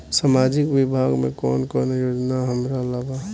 सामाजिक विभाग मे कौन कौन योजना हमरा ला बा?